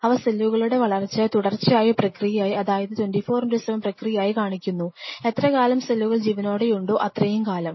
അവ സെല്ലുകളുടെ വളർച്ച ഒരു തുടർച്ചയായ പ്രക്രിയയായി അതായത് 24x7 പ്രക്രിയയായി കാണിക്കുന്നു എത്ര കാലം സെല്ലുകൾ ജീവനോടെയുണ്ടോ അത്രയും കാലം